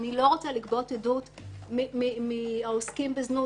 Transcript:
אני לא רוצה לגבות עדות מהעוסקים בזנות